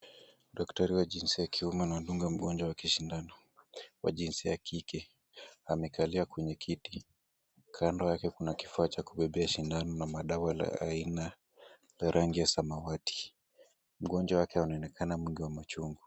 Daktari wa jinsia ya kiume anadunga mgonjwa wake sindano wa jinsia ya kike. Amekalia kwenye kiti, kando yake kuna kifaa cha kubebea sindano na madawa la aina la rangi ya samawati. Mgonjwa wake anaonekana mwingi wa machungu.